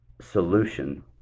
solution